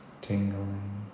tingling